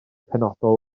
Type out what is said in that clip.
penodol